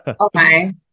Okay